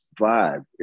vibe